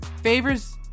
Favors